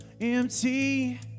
empty